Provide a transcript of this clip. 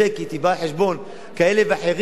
היא באה על חשבון כאלה ואחרים,